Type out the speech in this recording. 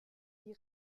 die